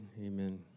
Amen